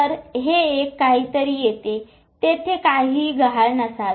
तर ते एक काहीतरी येतेतेथे काहीही गहाळ नसावे